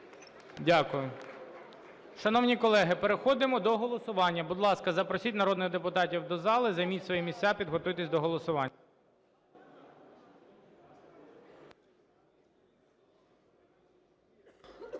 Дякую. Шановні колеги, переходимо до голосування. Будь ласка, запросіть народних депутатів до зали. Займіть свої місця, підготуйтесь до голосування.